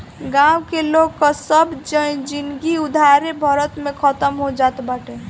गांव के लोग कअ सब जिनगी उधारे भरत में खतम हो जात बाटे